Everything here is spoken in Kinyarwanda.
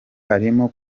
harimo